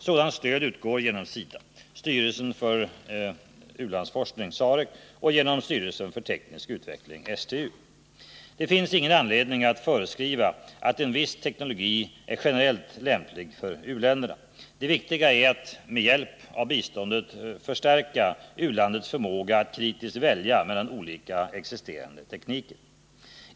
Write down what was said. Sådant stöd utgår genom SIDA, beredningen för u-landsforskning, SAREC, och genom styrelsen för teknisk utveckling, STU. Det finns ingen anledning att föreskriva att en viss teknologi är generellt lämplig för u-länder. Det viktiga är att med hjälp av biståndet förstärka u-landets förmåga att kritiskt välja mellan olika existerande tekniker.